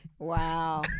Wow